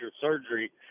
surgery